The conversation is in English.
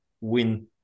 win